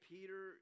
Peter